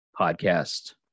podcast